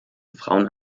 frauen